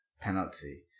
penalty